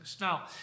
Now